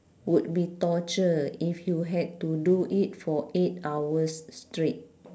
would be torture if you had to do it for eight hours straight